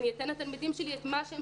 ואז הוא ייתן לתלמידים שלו את מה שהם